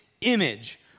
image